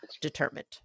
determined